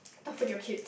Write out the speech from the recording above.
toughen your kids